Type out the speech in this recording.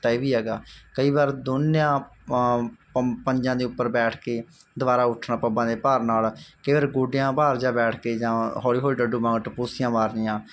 ਤਾਂ ਇਹ ਵੀ ਹੈਗਾ ਕਈ ਵਾਰ ਦੋਨਾਂ ਪ ਪ ਪੰਜਾਂ ਦੇ ਉੱਪਰ ਬੈਠ ਕੇ ਦੁਬਾਰਾ ਉੱਠਣਾ ਪੱਬਾਂ ਦੇ ਭਾਰ ਨਾਲ ਕਈ ਵਾਰ ਗੋਡਿਆਂ ਭਾਰ ਜਾ ਬੈਠ ਕੇ ਜਾਂ ਹੌਲੀ ਹੌਲੀ ਡੱਡੂ ਵਾਂਗ ਟਪੂਸੀਆਂ ਮਾਰਨੀਆਂ